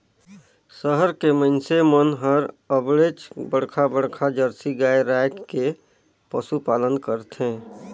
सहर के मइनसे मन हर अबड़ेच बड़खा बड़खा जरसी गाय रायख के पसुपालन करथे